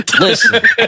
Listen